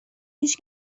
هیچ